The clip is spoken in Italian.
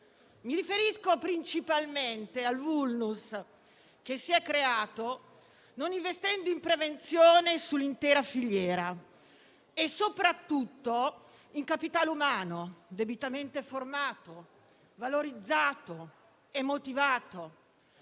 Mi riferisco principalmente al *vulnus* che si è creato non investendo in prevenzione sull'intera filiera e, soprattutto, in capitale umano debitamente formato, valorizzato e motivato.